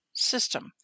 system